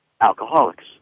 alcoholics